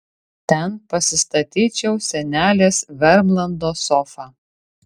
ten pasistatyčiau senelės vermlando sofą